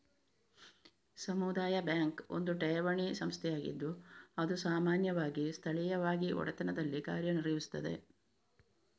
ಸಮುದಾಯ ಬ್ಯಾಂಕ್ ಒಂದು ಠೇವಣಿ ಸಂಸ್ಥೆಯಾಗಿದ್ದು ಅದು ಸಾಮಾನ್ಯವಾಗಿ ಸ್ಥಳೀಯವಾಗಿ ಒಡೆತನದಲ್ಲಿ ಕಾರ್ಯ ನಿರ್ವಹಿಸುತ್ತದೆ